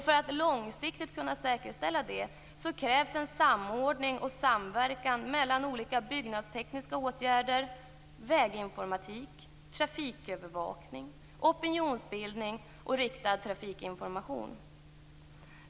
För att långsiktigt kunna säkerställa detta krävs det en samordning och samverkan mellan olika byggnadstekniska åtgärder, väginformatik, trafikövervakning, opinionsbildning och riktad trafikinformation.